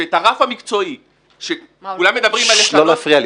שאת הרף המקצועי -- לא להפריע לי.